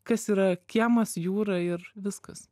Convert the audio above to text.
kas yra kiemas jūra ir viskas